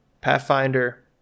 Pathfinder